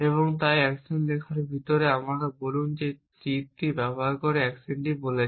এবং তাই অ্যাকশন লেখার ভিতরে আমাকে বলুন যে এই তীর ব্যবহার করে অ্যাকশনটি বলছে